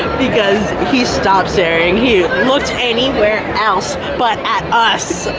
because he stopped staring, he looked anywhere else but at us